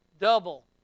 double